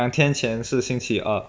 两天前是星期二